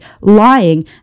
lying